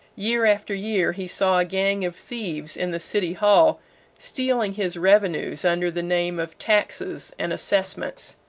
year after year he saw a gang of thieves in the city hall stealing his revenues under the name of taxes and assessments,